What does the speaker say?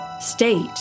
State